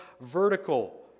vertical